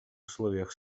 условиях